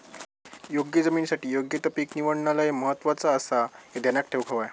योग्य जमिनीसाठी योग्य ता पीक निवडणा लय महत्वाचा आसाह्या ध्यानात ठेवूक हव्या